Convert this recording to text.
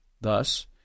Thus